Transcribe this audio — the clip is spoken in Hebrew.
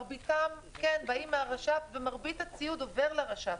מרביתם באים מהרש"פ, ומרבית הציוד עובר לרש"פ.